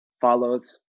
follows